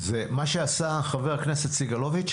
זה מה שעשה חבר הכנסת סגלוביץ',